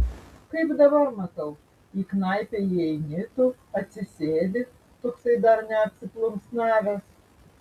kaip dabar matau į knaipę įeini tu atsisėdi toksai dar neapsiplunksnavęs